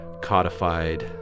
codified